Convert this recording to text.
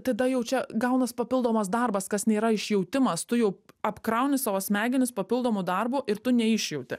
tada jau čia gaunas papildomas darbas kas nėra išjautimas tu jau apkrauni savo smegenis papildomu darbu ir tu neišjauti